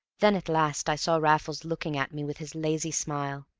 then at last i saw raffles looking at me with his lazy smile,